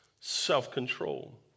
Self-control